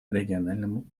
региональному